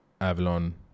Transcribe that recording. Avalon